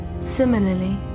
similarly